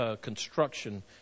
construction